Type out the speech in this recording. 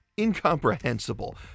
incomprehensible